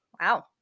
Wow